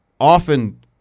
Often